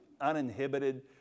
uninhibited